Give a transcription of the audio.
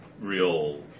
real